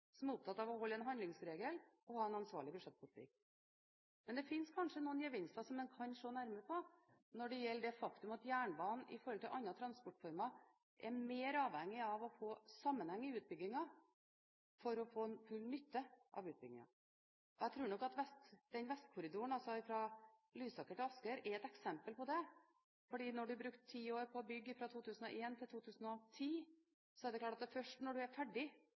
som er opptatt av å holde seg til en handlingsregel, og ha en ansvarlig budsjettpolitikk. Men det finnes kanskje noen gevinster som man kan se nærmere på når det gjelder det faktum at jernbanen – i forhold til andre transportformer – er mer avhengig av å få sammenheng i utbyggingen for å få full nytte av utbyggingen. Jeg tror nok at Vestkorridoren fra Lysaker til Asker er et eksempel på det, fordi når du har brukt ti år på å bygge – fra 2001 til 2010 – er det klart at det er først når du er ferdig